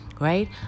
right